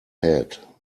head